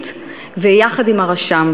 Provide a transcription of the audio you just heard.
הקיבוצית ויחד עם הרשם,